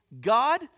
God